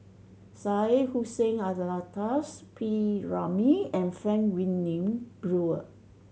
Syed Hussein Alatas P Ramlee and Frank Wilmin Brewer